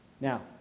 Now